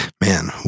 man